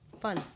Fun